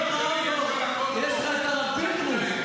לא ראה אותו, יש לך את הרב פינדרוס.